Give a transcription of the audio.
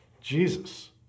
Jesus